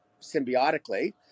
symbiotically